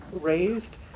raised